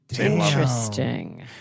Interesting